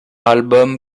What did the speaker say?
album